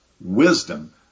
wisdom